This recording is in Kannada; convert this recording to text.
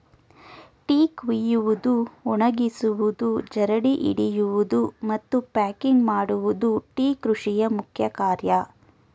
ಟೀ ಕುಯ್ಯುವುದು, ಒಣಗಿಸುವುದು, ಜರಡಿ ಹಿಡಿಯುವುದು, ಮತ್ತು ಪ್ಯಾಕಿಂಗ್ ಮಾಡುವುದು ಟೀ ಕೃಷಿಯ ಮುಖ್ಯ ಕಾರ್ಯ